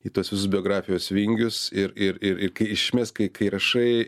į tuos visus biografijos vingius ir ir ir ir kai iš esmės kai kai rašai